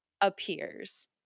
appears